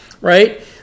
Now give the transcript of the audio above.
right